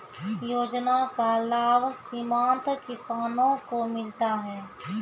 योजना का लाभ सीमांत किसानों को मिलता हैं?